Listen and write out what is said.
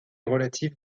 relative